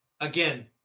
Again